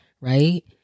Right